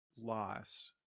loss